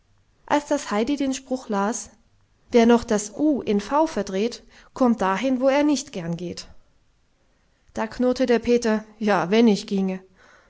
als das heidi den spruch las wer noch das u in v verdreht kommt dahin wo er nicht gern geht da knurrte der peter ja wenn ich ginge